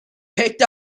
picked